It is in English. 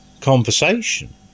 conversation